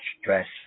stress